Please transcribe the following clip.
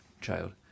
child